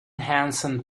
henson